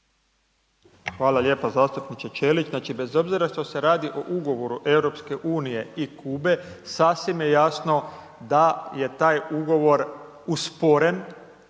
Hvala lijepo. Zastupniče Ćelić, znači, bez obzira što se radi o Ugovoru EU i Kube, sasvim je jasno da je taj ugovor usporen